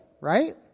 right